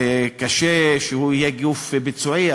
קשה שהוא יהיה גוף ביצועי.